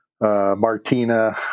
Martina